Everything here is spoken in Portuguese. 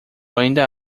ainda